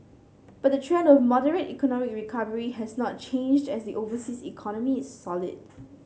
but the trend of moderate economic recovery has not changed as the overseas economy is solid